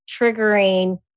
triggering